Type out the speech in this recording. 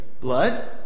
Blood